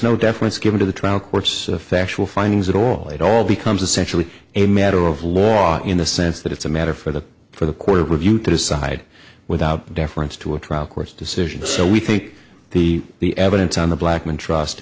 no deference given to the trial of course the factual findings at all it all becomes essentially a matter of law in the sense that it's a matter for the for the court of review to decide without deference to a trial court's decision so we think the the evidence on the blackman trust